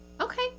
okay